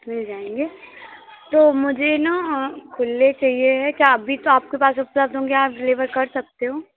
मिल जाएँगे तो मुझे ना खुले चाहिए है क्या अभी तो आपके पास उपलब्ध होंगे आप डिलिवर कर सकते हो